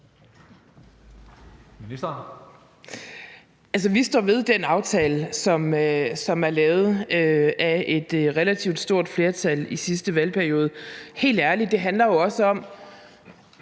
Vi står ved den aftale, som er lavet af et relativt stort flertal i sidste valgperiode. Helt ærligt, det handler jo også om